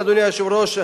אדוני היושב-ראש,